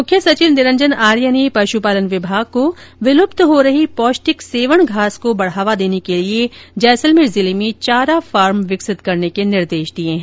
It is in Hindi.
मुख्य सचिव निरंजन आर्य ने पशुपालन विभाग को विलुप्त हो रही पौष्टिक सेवण घास को बढ़ावा देने के लिए जैसलमेर जिले में चारा फार्म विकसित करने के निर्देश दिए हैं